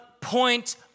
point